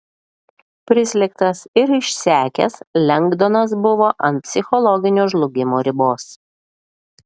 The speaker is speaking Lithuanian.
prislėgtas ir išsekęs lengdonas buvo ant psichologinio žlugimo ribos